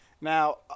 Now